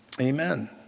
Amen